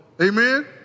Amen